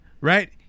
right